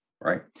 right